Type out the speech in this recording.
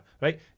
right